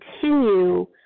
continue